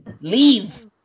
leave